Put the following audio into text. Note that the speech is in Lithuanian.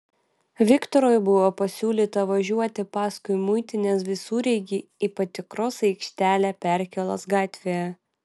viktorui buvo pasiūlyta važiuoti paskui muitinės visureigį į patikros aikštelę perkėlos gatvėje